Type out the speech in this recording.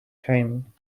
time